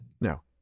No